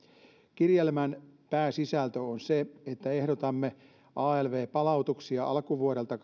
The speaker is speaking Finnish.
kirjelmän pääsisältö on se että ehdotamme alv palautuksia alkuvuodelta